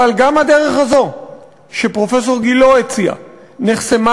אבל גם הדרך הזו שפרופסור גילה הציע נחסמה